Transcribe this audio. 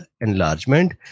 enlargement